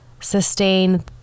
sustain